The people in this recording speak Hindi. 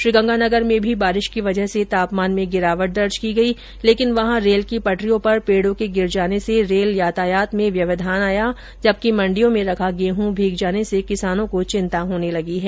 श्रीगंगानगर में भी बारिश की वजह से तापमान में गिरावट दर्ज की गई लेकिन वहां रेल की पटरियों पर पेडों के गिर जाने से रेल यातायात में व्यवधान आया जबकि मंडियों में रखा गेहूं भीग जाने से किसानों को चिंता होने लगी है